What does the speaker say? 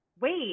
wait